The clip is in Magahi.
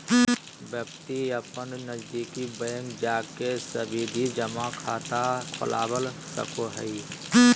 व्यक्ति अपन नजदीकी बैंक जाके सावधि जमा खाता खोलवा सको हय